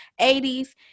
80s